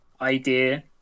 idea